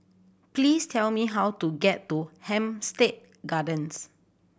please tell me how to get to Hampstead Gardens